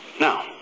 Now